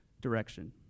direction